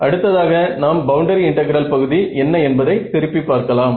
அடுத்ததாக நாம் boundary integral பகுதி என்ன என்பதை திருப்பி பார்க்கலாம்